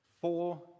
Four